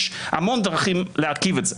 יש המון דרכים להרכיב את זה.